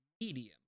medium